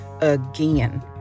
again